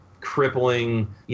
crippling